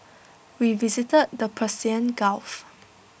we visited the Persian gulf